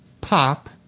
pop